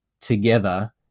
together